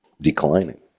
declining